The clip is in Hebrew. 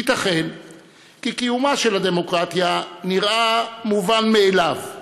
ייתכן כי קיומה של הדמוקרטיה נראה מובן מאליו,